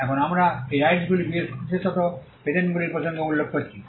এখন আমরা এই রাইটসগুলি বিশেষত পেটেন্টগুলির প্রসঙ্গে উল্লেখ করছি